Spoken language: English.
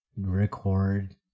record